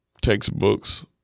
textbooks